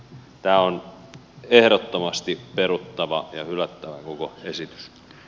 tämä on ehdottomasti peruttava ja hylättävä koko esitys